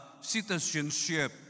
citizenship